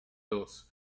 dos